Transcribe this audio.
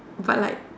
but like